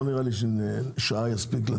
אני אומר שקודם כל נשמע.